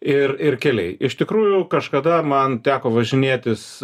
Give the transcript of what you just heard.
ir ir keliai iš tikrųjų kažkada man teko važinėtis